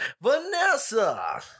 Vanessa